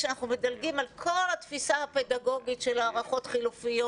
כשאנחנו מדלגים על כל התפיסה הפדגוגית של הערכות חילופיות